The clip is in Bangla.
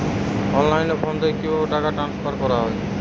অনলাইনে ফোন থেকে কিভাবে টাকা ট্রান্সফার করা হয়?